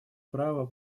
право